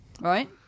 right